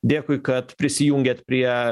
dėkui kad prisijungėt prie